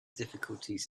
difficulties